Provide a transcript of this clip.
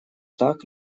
так